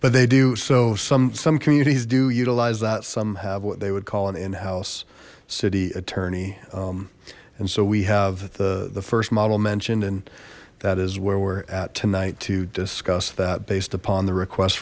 but they do so some some communities do utilize that some have what they would call an in house city attorney and so we have the the first model mentioned and that is where we're at tonight to discuss that based upon the request